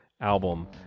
album